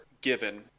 given